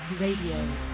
Radio